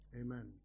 Amen